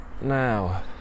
now